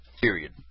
period